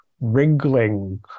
wriggling